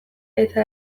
eta